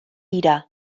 dira